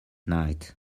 night